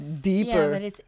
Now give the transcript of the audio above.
deeper